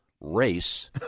race